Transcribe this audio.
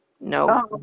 no